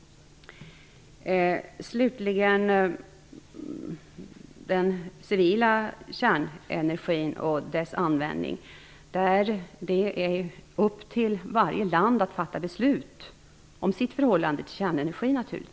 Slutligen när det gäller den civila kärnenergin och dess användning är det upp till varje land att fatta beslut om sitt förhållande till kärnenergi.